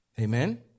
Amen